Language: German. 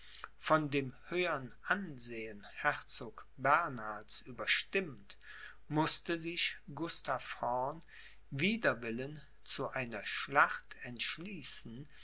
von dem höhern ansehen herzog bernhards überstimmt mußte sich gustav horn wider willen zu einer schlacht entschließen